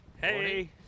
Hey